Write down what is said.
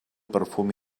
perfum